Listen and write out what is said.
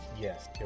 Yes